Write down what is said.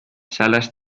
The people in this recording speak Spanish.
salas